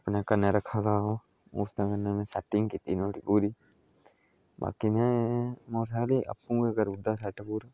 अपने कन्नै रखदा ओह् उस दिन मीं सैटिंग कीती न्हाड़ी पूरी बाकी मैं मोटरसैकल आपूं गे करू उड़दा हा सैट पूरा